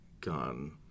gone